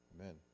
Amen